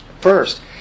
first